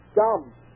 dumb